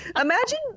imagine